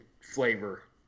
flavor